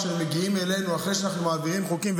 כשהם מגיעים אלינו אחרי שאנחנו מעבירים חוקים,